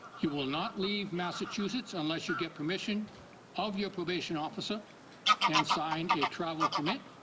you will not leave massachusetts unless you get permission of your probation officer and sign a travel permit.